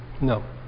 No